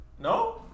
No